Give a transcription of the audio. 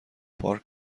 پارک